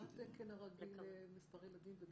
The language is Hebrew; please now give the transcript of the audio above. מה התקן הרגיל למספר ילדים בגן?